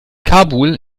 kabul